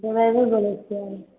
driver बोलै छिए